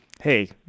hey